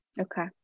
Okay